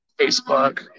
Facebook